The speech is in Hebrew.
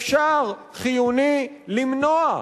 אפשר, חיוני, למנוע.